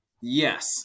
Yes